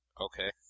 Okay